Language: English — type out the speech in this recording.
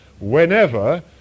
Whenever